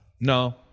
No